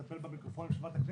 לטפל במיקרופונים של ועדת הכנסת,